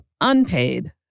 unpaid